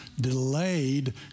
delayed